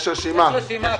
(היו"ר ינון אזולאי, 11:00) יש רשימה.